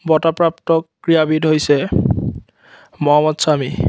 বঁটাপ্ৰাপ্ত ক্ৰীড়াবিদ হৈছে মহম্মদ স্বামী